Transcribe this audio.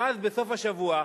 ואז, בסוף השבוע,